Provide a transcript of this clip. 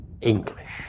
English